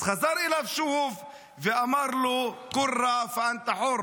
אז חזר אליו שוב ואמר לו: (אומר בערבית:),